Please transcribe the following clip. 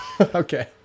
Okay